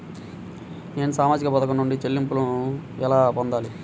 నేను సామాజిక పథకం నుండి చెల్లింపును ఎలా పొందాలి?